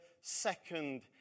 second